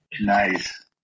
Nice